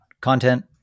content